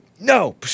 No